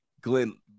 Glenn